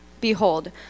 behold